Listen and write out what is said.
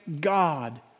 God